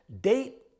date